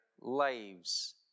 lives